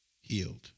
Healed